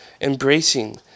embracing